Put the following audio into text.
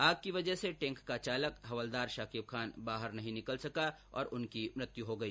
आग की वजह से टैंक का चालक हवलदार शाकिब खान बाहर नहीं निकल सका और उनकी मृत्यु हो गई